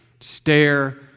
stare